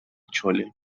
chole